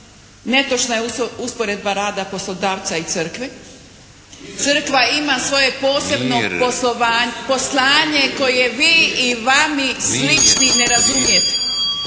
netočna je usporedba rada poslodavca i crkve. Crkva ima svoje posebno poslanje koje vi i vama slični ne razumijete.